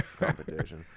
competition